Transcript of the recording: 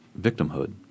victimhood